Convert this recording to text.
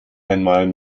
einmal